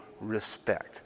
respect